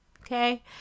okay